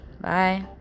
Bye